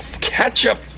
ketchup